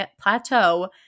plateau